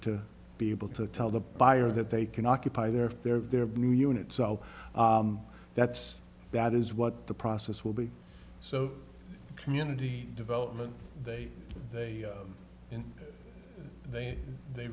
to be able to tell the buyer that they can occupy their their their new unit so that's that is what the process will be so community development they they they they